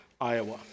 Iowa